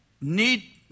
need